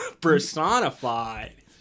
personified